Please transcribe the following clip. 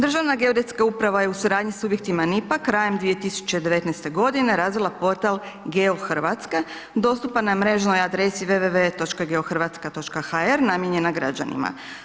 Državna geodetska uprava je u suradnji sa subjektima NIPP-a krajem 2019.g. razvila portal GeoHrvatske, dostupan na mrežnoj adresi www.geohrvatska.hr namijenjena građanima.